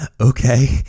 okay